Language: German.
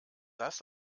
das